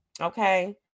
okay